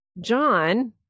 John